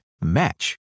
match